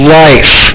life